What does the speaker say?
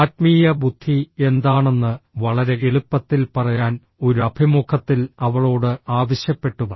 ആത്മീയ ബുദ്ധി എന്താണെന്ന് വളരെ എളുപ്പത്തിൽ പറയാൻ ഒരു അഭിമുഖത്തിൽ അവളോട് ആവശ്യപ്പെട്ടു